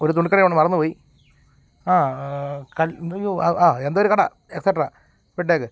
ഒരു തുണിക്കടയുണ്ട് മറന്നുപോയി ആ എന്താ അയ്യൊ ആ ആ എന്തോ ഒരു കട എസ്സെട്ട്ര വിട്ടേക്ക്